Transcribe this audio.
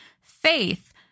faith